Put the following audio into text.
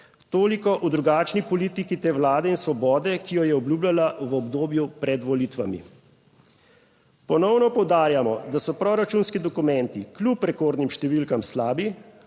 toliko o drugačni politiki te Vlade in Svobode, ki jo je obljubljala v obdobju pred volitvami. Ponovno poudarjamo, da so proračunski dokumenti kljub rekordnim številkam slabi,